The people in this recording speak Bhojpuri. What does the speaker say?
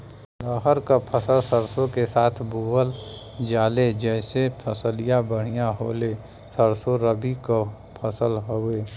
रहर क फसल सरसो के साथे बुवल जाले जैसे फसलिया बढ़िया होले सरसो रबीक फसल हवौ